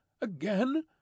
Again